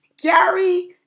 Gary